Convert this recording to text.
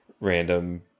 random